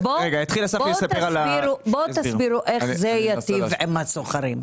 תסבירו איך זה ייטיב עם השוכרים.